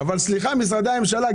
אבל משרדי הממשלה,